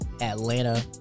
Atlanta